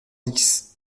dix